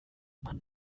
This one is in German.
man